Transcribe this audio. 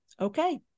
okay